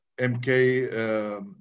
MK